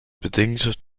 bedingt